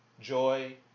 joy